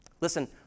Listen